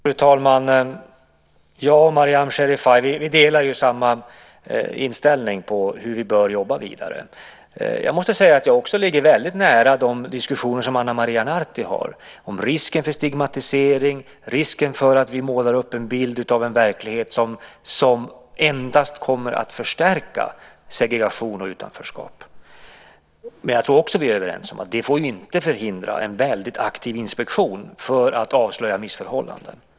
Fru talman! Jag och Mariam Osman Sherifay delar inställning till hur vi bör jobba vidare. Jag måste säga att jag också ligger väldigt nära de diskussioner som Ana Maria Narti har - om risken för stigmatisering och risken för att vi målar upp en bild av verkligheten som endast kommer att förstärka segregation och utanförskap. Men jag tror också att vi är överens om att det inte får förhindra en väldigt aktiv inspektion för att avslöja missförhållanden.